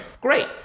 Great